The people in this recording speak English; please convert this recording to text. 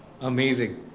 Amazing